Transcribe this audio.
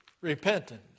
repentance